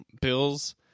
Bills